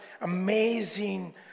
amazing